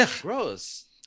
Gross